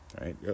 right